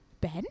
Ben